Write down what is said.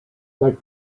like